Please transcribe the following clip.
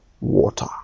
water